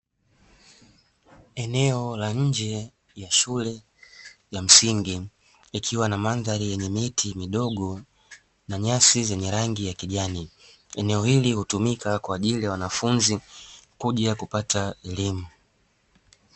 Eneo la nje ya shule ya msingi, likiwa na mandhari yenye miti midogo na nyasi zenye rangi ya kijani. Eneo hili hutumika kwa ajili ya wanafunzi kuja kupata elimu.